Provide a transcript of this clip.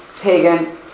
pagan